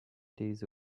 days